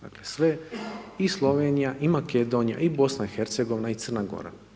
Dakle sve i Slovenija i Makedonija i BiH-a i Crna Gora.